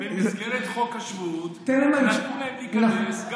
במסגרת חוק השבות נתנו להם להיכנס,